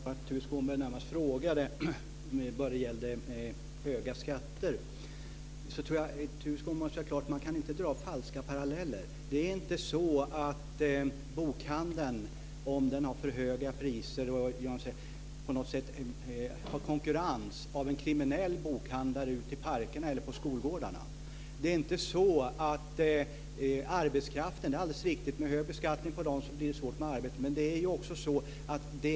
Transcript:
Fru talman! Tuve Skånberg ställde närmast en fråga angående höga skatter. Jag tror att Tuve Skånberg måste göra klart för sig att man inte kan dra falska paralleller. Det är inte så att bokhandeln, om den har för höga priser, på något sätt har konkurrens av en kriminell bokhandlare ute i parkerna eller på skolgårdarna. Det är alldeles riktigt att det blir svårt med arbete med hög beskattning på arbetskraften.